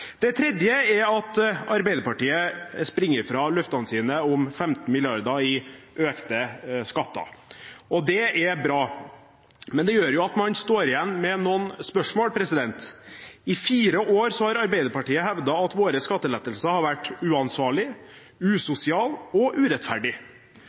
Det tredje er at Arbeiderpartiet springer fra løftene sine om 15 mrd. kr i økte skatter. Det er bra, men det gjør at man står igjen med noen spørsmål. I fire år har Arbeiderpartiet hevdet at våre skattelettelser har vært